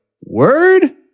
word